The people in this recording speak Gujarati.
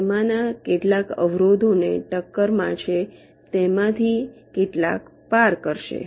તેમાંના કેટલાક અવરોધોને ટક્કર મારશે તેમાંથી કેટલાક પાર કરશે